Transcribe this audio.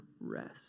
rest